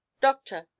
Doctor